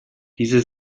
diese